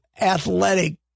athletic